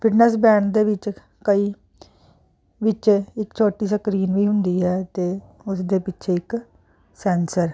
fitness band ਦੇ ਵਿੱਚ ਕਈ ਵਿੱਚ ਇੱਕ ਛੋਟੀ ਸਕਰੀਨ ਵੀ ਹੁੰਦੀ ਹੈ ਅਤੇ ਉਸਦੇ ਪਿੱਛੇ ਇੱਕ ਸੈਂਸਰ